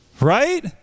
Right